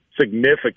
significant